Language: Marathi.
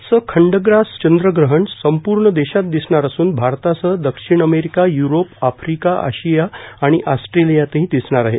आजचे खंडग्रास चंद्रग्रहण संपूर्ण देशात दिसणार असून भारतासह दक्षिण अमेरिका य्रोप आफ्रिका आशिया आणि आस्ट्रेलियातही दिसणार आहे